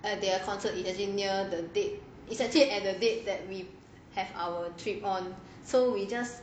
uh their concert is actually near the date is actually it at the date that we have our trip on so we just